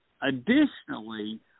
Additionally